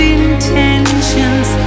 intentions